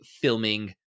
filming